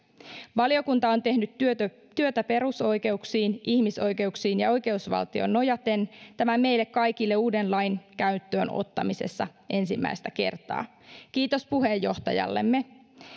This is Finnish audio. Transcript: valiokunta on tehnyt työtä työtä perusoikeuksiin ihmisoikeuksiin ja oikeusvaltioon nojaten tämän meille kaikille uuden lain käyttöön ottamisessa ensimmäistä kertaa kiitos puheenjohtajallemme